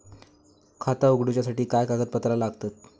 खाता उगडूच्यासाठी काय कागदपत्रा लागतत?